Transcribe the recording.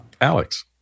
Alex